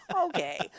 okay